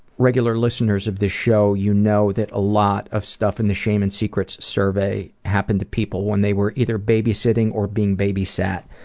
regular listeners of the show, you know that a lot of stuff in the shame and secrets survey happened to people when they were either babysitting or being babysat,